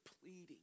pleading